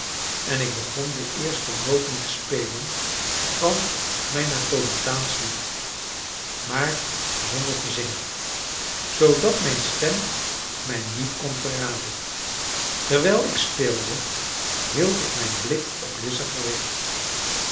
en ik begon de eerste noten te spelen van mijn napolitaansch lied maar zonder te zingen zoodat mijn stem mij niet kon verraden terwijl ik speelde hield ik mijn blik op lize gericht